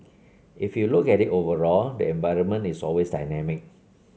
if you look at it overall the environment is always dynamic